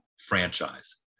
franchise